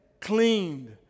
cleaned